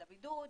על הבידוד.